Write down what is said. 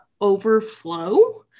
overflow